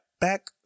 back